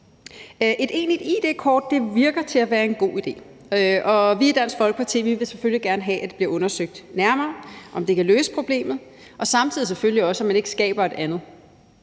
Et egentligt id-kort lader til at være en god idé, og vi i Dansk Folkeparti vil selvfølgelig gerne have, at det bliver undersøgt nærmere, om det kan løse problemet, og selvfølgelig også, at man ikke skaber et andet.